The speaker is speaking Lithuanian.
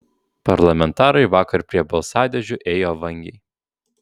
parlamentarai vakar prie balsadėžių ėjo vangiai